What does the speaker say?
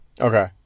Okay